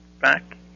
back